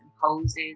poses